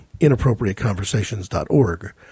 inappropriateconversations.org